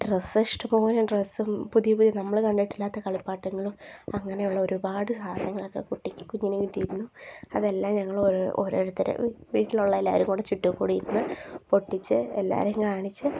dress ഇഷ്ടംപോലെ ഡ്രസ്സും പുതിയ പുതിയ നമ്മൾ കണ്ടിട്ടില്ലാത്ത കളിപ്പാട്ടങ്ങളും അങ്ങനെയുള്ള ഒരുപാട് സാധനങ്ങളൊക്കെ കിട്ടി കുഞ്ഞിന് കാട്ടിയിരുന്നു അതെല്ലാം ഞങ്ങൾ ഓരോരുത്തർ വീട്ടിലുള്ള എല്ലാവരും കൂടി ചുറ്റും കൂടിയിരുന്ന് പൊട്ടിച്ച് എല്ലാവരെയും കാണിച്ച്